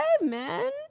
man